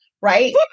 right